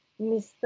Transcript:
mr